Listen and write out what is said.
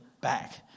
back